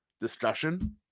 discussion